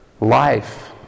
life